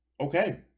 okay